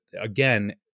again